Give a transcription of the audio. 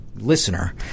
listener